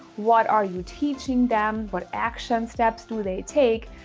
what are you teaching them? what action steps do they take?